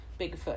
Bigfoot